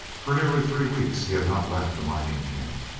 for nearly three weeks he had not left the mining camp,